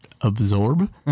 absorb